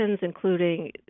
including